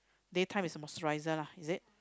day time is the moisturiser lah is it